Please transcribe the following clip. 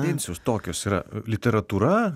tendencijos tokios yra literatūra